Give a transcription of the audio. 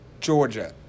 Georgia